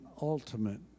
ultimate